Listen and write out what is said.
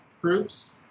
groups